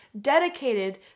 dedicated